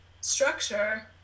structure